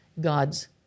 God's